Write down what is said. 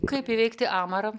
kaip įveikti amarą